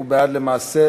הוא בעד להסיר.